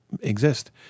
exist